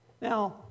Now